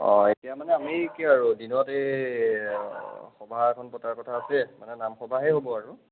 অঁ এতিয়া মানে আমি কি আৰু দিনত এই সবাহ এখন পতাৰ কথা আছে মানে নাম সবাহেই হ'ব আৰু